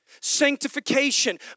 Sanctification